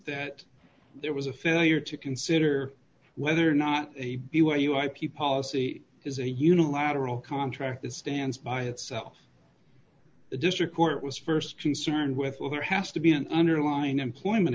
that there was a failure to consider whether or not a b y u ip policy is a unilateral contract that stands by itself the district court was st concerned with or there has to be an underlying employment